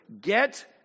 get